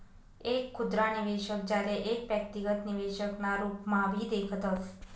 एक खुदरा निवेशक, ज्याले एक व्यक्तिगत निवेशक ना रूपम्हाभी देखतस